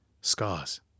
scars